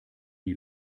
die